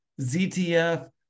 ZTF